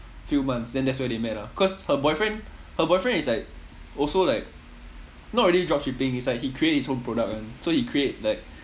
few months then that's where they met ah cause her boyfriend her boyfriend is like also like not really job shipping is like he create his own product [one] so he create like